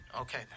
Okay